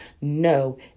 No